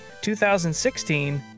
2016